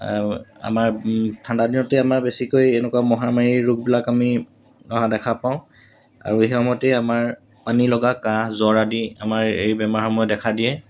আমাৰ ঠাণ্ডাদিনতেই আমাৰ বেছিকৈ এনেকুৱা মহামাৰীৰ ৰোগবিলাক আমি অহা দেখা পাওঁ আৰু সেই সময়তেই আমাৰ পানীলগা কাঁহ জ্বৰ আদি আমাৰ এই বেমাৰসমূহে দেখা দিয়ে